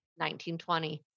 1920